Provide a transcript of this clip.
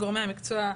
גורמי המקצוע,